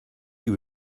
you